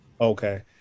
Okay